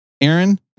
Aaron